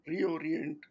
reorient